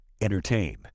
Entertain